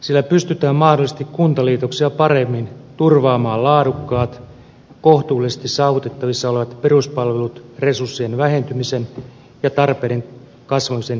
sillä pystytään mahdollisesti kuntaliitoksia paremmin turvaamaan laadukkaat kohtuullisesti saavutettavissa olevat peruspalvelut resurssien vähentymisen ja tarpeiden kasvamisen ristipaineessa